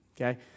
okay